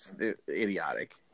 Idiotic